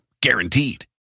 Guaranteed